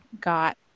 got